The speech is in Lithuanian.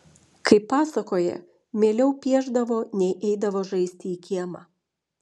kaip pasakoja mieliau piešdavo nei eidavo žaisti į kiemą